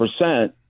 percent